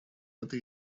это